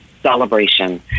celebration